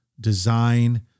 design